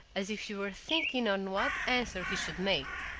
as if he were thinking on what answer he should make.